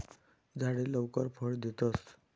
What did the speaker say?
झाडे लवकर फळ देतस